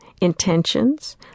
intentions